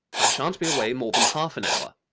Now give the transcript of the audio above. i shan't be away more than half an hour.